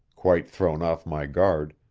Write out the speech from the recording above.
quite thrown off my guard,